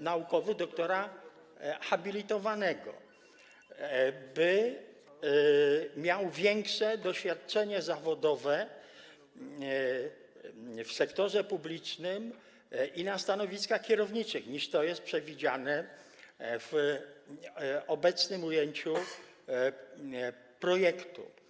naukowy doktora habilitowanego i miał większe doświadczenie zawodowe w sektorze publicznym i na stanowiskach kierowniczych, niż to jest przewidziane w obecnym ujęciu projektu.